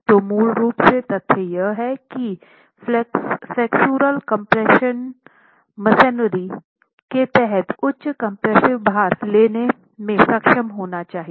तो मूल रूप से तथ्य यह है कि फ्लेक्सोरल कम्प्रेस्सिव स्ट्रेस मेसनरी के तहत उच्च कम्प्रेस्सिव भार लेने में सक्षम होना चाहिए